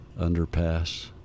underpass